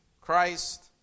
Christ